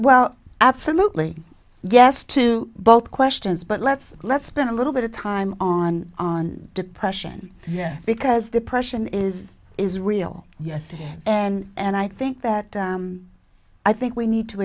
well absolutely yes to both questions but let's let's spend a little bit of time on on depression yes because depression is is real yes and and i think that i think we need to